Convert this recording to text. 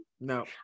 no